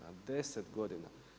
Na 10 godina.